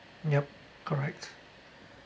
yup correct